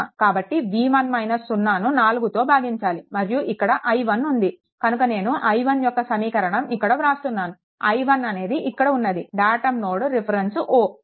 కాబట్టి V1 - 0 ను 4తో భాగించాలి మరియు ఇక్కడ i1 ఉంది కనుక నేను i1 యొక్క సమీకరణం ఇక్కడ వ్రాస్తున్నాను i1 అనేది ఇక్కడ ఉన్నది దాటమ్ నోడ్ రిఫరెన్స్ O